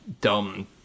dumb